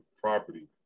property